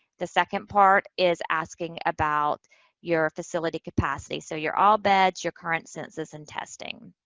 the second part is asking about your facility capacity. so, your all beds, your current census, and testing.